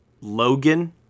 Logan